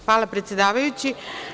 Hvala predsedavajući.